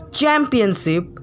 championship